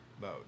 mode